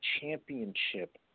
championship